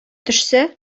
төшсә